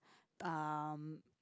um